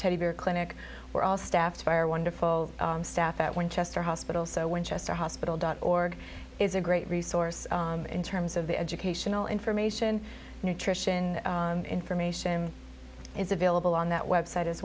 teddy bear clinic where all staff fire wonderful staff at winchester hospital so winchester hospital dot org is a great resource in terms of the educational information nutrition information is available on that website as